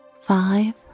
five